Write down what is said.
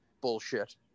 bullshit